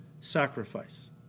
sacrifice